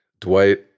Dwight